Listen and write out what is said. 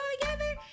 together